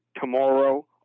tomorrow